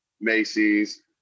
Macy's